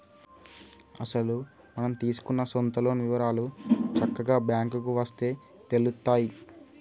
అసలు మనం తీసుకున్న సొంత లోన్ వివరాలు చక్కగా బ్యాంకుకు వస్తే తెలుత్తాయి